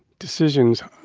decisions,